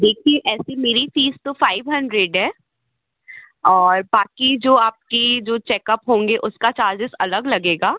देखिए ऐसे मेरी फ़ीस तो फ़ाइव हंड्रेड है और बाकी जो आपकी जो चेकअप होंगे उसका चार्जेस अलग लगेगा